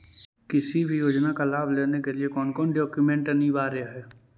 किसी भी योजना का लाभ लेने के लिए कोन कोन डॉक्यूमेंट अनिवार्य है?